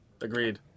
Agreed